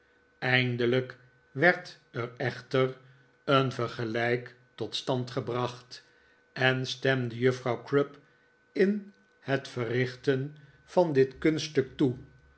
eindelijk werd er echter een vergelijk tot stand gebracht en stemde juffrouw crupp in het verrichten van dit kunststuk toe